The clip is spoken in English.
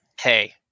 Hey